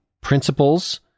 principles